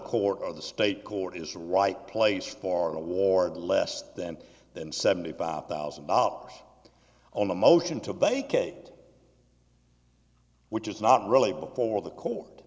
court or the state court is the right place for an award less than than seventy five thousand dollars on a motion to vacate which is not really before the court